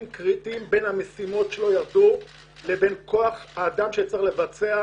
קריטיים בין המשימות שניתנו לבין כוח האדם שצריך לבצע,